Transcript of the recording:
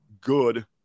good